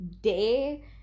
day